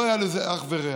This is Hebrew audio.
לא היה לזה אח ורע.